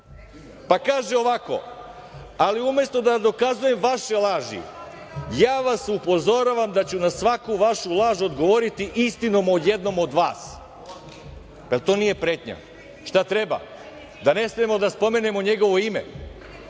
kaže ovako – ali umesto da vam dokazujem vaše laži, ja vas upozoravam da ću na svaku vašu laž odgovoriti istinom o jednom od vas. Jel to nije pretnja? Šta treba, da ne smemo da spomenemo njegovo ime?